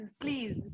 Please